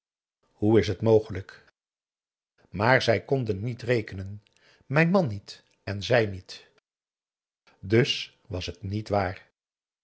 hoe is het mogelijk maar zij konden niet rekenen mijn man niet en zij niet dus was het niet waar